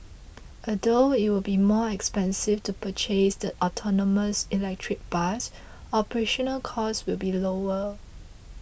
although it will be more expensive to purchase the autonomous electric bus operational costs will be lower